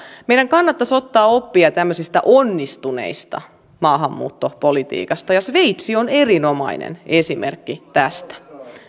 meidän kannattaisi ottaa oppia tämmöisistä onnistuneista maahanmuuttopolitiikoista ja sveitsi on erinomainen esimerkki tästä